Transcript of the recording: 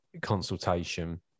consultation